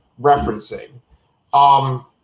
referencing